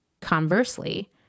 conversely